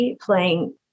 playing